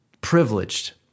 privileged